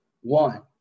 One